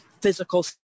physical